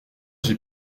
j’ai